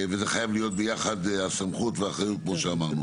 וזה חייב להיות ביחד הסמכות והאחריות כמו שאמרנו.